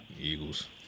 Eagles